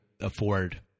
afford